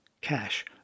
cash